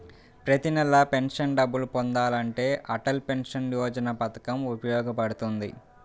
ప్రతి నెలా పెన్షన్ డబ్బులు పొందాలంటే అటల్ పెన్షన్ యోజన పథకం ఉపయోగపడుతుంది